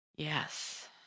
Yes